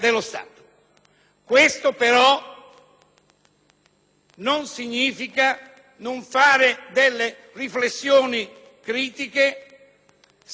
Questo però non significa non fare delle riflessioni critiche, severe,